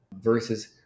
versus